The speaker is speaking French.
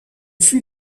fut